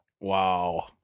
Wow